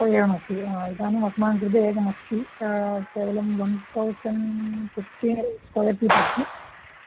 ओ एवमस्ति हा इदानीम् अस्माकं कृते एकमस्ति केवलं one thousand fifteen square feet अस्ति